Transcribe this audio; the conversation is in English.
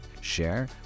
share